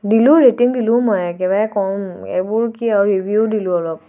দিলোঁ ৰেটিং দিলোঁ মই একেবাৰে ক'ম এইবোৰ কি আৰু ৰিভিউ দিলোঁ অলপ